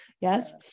yes